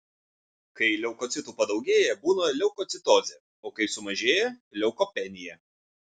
kai leukocitų padaugėja būna leukocitozė o kai sumažėja leukopenija